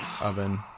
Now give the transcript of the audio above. oven